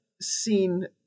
seen